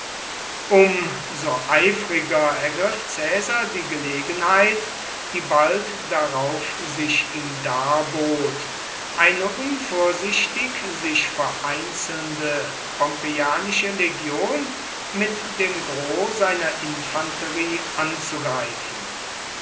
um so eifriger ergriff caesar die gelegenheit die bald darauf sich ihm darbot eine unvorsichtig sich vereinzelnde pompeianische legion mit dem gros seiner infanterie anzugreifen